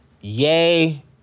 Yay